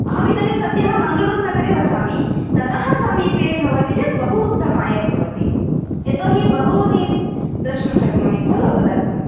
अहम् इदानीं सद्यः मङ्गलुरुनगरे वसामि ततः समीपे भवति चेद् बहु उत्तमाय भवति यतोहि बहूनि द्रष्टुं शक्नोमि खलु तदर्थं